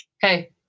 Hey